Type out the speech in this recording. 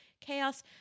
Chaos